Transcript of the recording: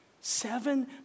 Seven